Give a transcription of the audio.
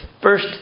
first